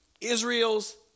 Israel's